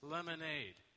Lemonade